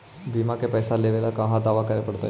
बिमा के पैसा लेबे ल कहा दावा करे पड़तै?